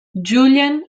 julien